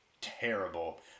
terrible